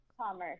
commerce